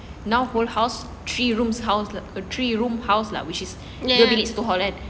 now whole house three rooms house a three room house lah which is normally dua bilik satu hall kan